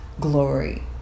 glory